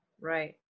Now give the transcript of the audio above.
Right